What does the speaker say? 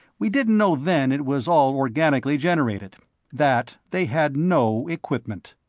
we didn't know then it was all organically generated that they had no equipment.